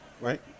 right